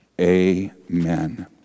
Amen